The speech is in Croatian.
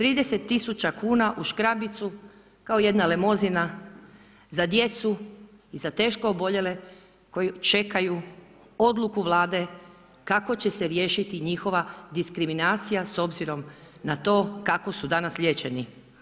30 tisuća kuna u škrabicu kao jedna lemozina za djecu i za teško oboljele koji čekaju odluku Vlade kako će se riješiti njihova diskriminacija s obzirom na to kako su danas liječeni.